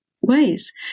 ways